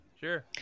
Sure